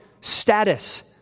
status